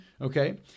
Okay